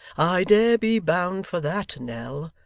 i dare be bound for that nell.